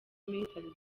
military